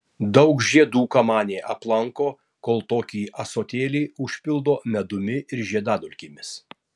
daug žiedų kamanė aplanko kol tokį ąsotėlį užpildo medumi ir žiedadulkėmis